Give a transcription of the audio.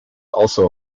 also